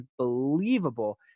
unbelievable